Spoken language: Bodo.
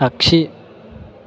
आगसि